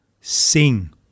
sing